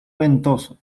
ventoso